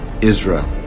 Israel